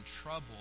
trouble